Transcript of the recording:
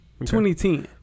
2010